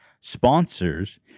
Sponsors